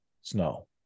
snow